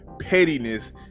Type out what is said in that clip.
pettiness